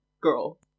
girl